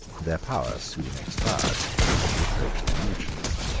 their power soon expired at the approach of the legions.